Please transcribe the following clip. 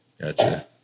Gotcha